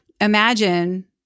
imagine